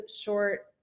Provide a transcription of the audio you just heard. short